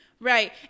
Right